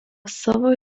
savo